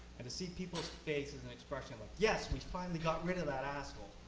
and to see people's faces and expression like, yes, we finally got rid of that asshole!